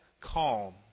calm